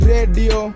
Radio